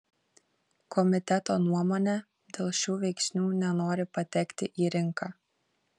komiteto nuomone dėl šių veiksnių nenori patekti į rinką